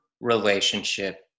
relationship